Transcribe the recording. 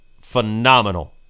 Phenomenal